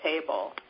table